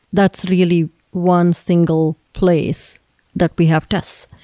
that's really one single place that we have tests,